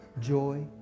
joy